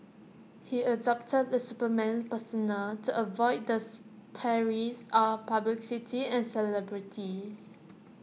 he adopted the Superman persona to avoid this perils of publicity and celebrity